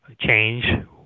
change